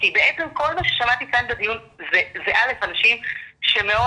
כי בעצם כל מה ששמעתי כאן בדיון זה שאנשים מאוד